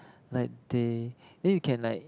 like they then you can like